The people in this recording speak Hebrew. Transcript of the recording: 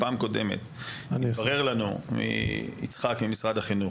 בפעם הקודמת התברר לנו מיצחק ממשרד החינוך,